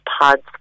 pods